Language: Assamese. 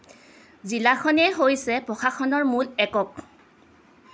জিলাখনেই হৈছে প্ৰশাসনৰ মূল একক